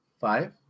Five